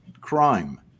crime